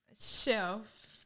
shelf